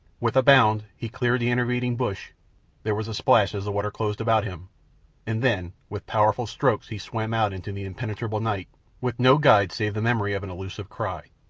with a bound he cleared the intervening bush there was a splash as the water closed about him and then, with powerful strokes, he swam out into the impenetrable night with no guide save the memory of an illusive cry,